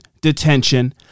Detention